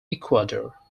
ecuador